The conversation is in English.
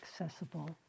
accessible